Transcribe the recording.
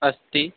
अस्ति